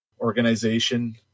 organization